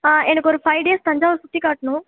எனக்கு ஒரு five days Thanjavur சுற்றிக் காட்ணும்